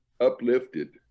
uplifted